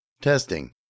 Testing